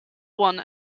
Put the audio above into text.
won